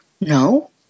No